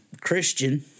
Christian